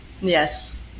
Yes